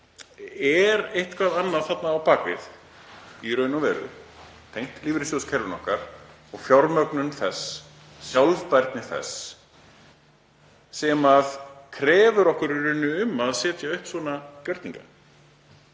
Er eitthvað annað þarna á bak við í raun og veru tengt lífeyrissjóðakerfinu okkar og fjármögnun þess, sjálfbærni þess, sem krefur okkur um að setja upp svona gjörninga?